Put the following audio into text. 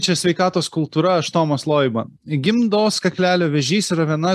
čia sveikatos kultūra aš tomas loiba gimdos kaklelio vėžys yra viena